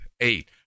Eight